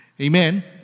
Amen